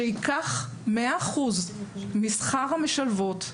שייקח 100% משכר המשלבות,